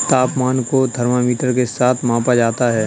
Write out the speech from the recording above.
तापमान को थर्मामीटर के साथ मापा जाता है